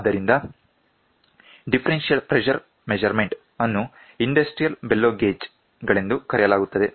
ಆದ್ದರಿಂದ differential pressure measurement ಅನ್ನು industrial bellow gauge ಗಳೆಂದು ಕರೆಯಲಾಗುತ್ತದೆ